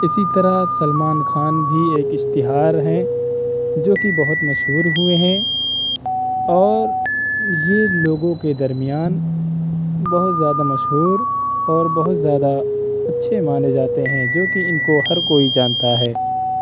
اسی طرح سلمان خان بھی ایک اشتہار ہیں جوکہ بہت مشہور ہوئے ہیں اور یہ لوگوں کے درمیان بہت زیادہ مشہور اور بہت زیادہ اچھے مانے جاتے ہیں جوکہ ان کو ہر کوئی جانتا ہے